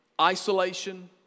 Isolation